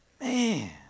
Man